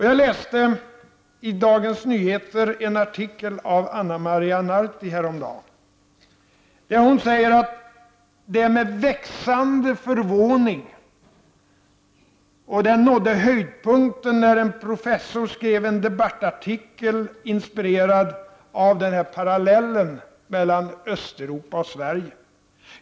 Jag läste häromdagen en artikel i Dagens Nyheter av Ana Maria Narti. Hon skriver: ”Denna växande förvåning nådde höjdpunkten när en professor skrev en debattartikel inspirerad av samma parallell”, dvs. den mellan Östeuropa och Sverige.